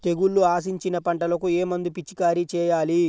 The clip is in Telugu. తెగుళ్లు ఆశించిన పంటలకు ఏ మందు పిచికారీ చేయాలి?